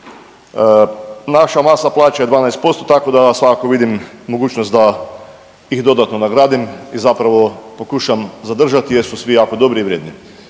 Naša masa plaća je 12%, tako da nas svakako vidim mogućnost da ih dodatno nagradim i zapravo pokušam zadržati jer su svi jako dobri i vrijedni.